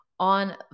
on